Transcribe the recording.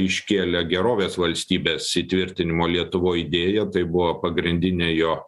iškėlė gerovės valstybės įtvirtinimo lietuvoj idėją tai buvo pagrindinė jo